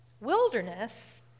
Wilderness